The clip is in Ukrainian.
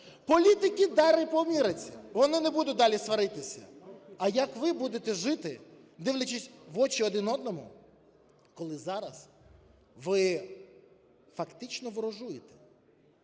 Політики далі помиряться, вони не будуть далі сваритися. А як ви будете жити, дивлячись в очі один одному, коли зараз ви фактично ворожуєте?